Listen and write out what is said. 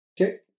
Okay